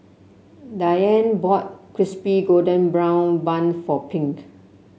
Dianne bought Crispy Golden Brown Bun for Pink